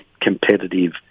competitive